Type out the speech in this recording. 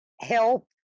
help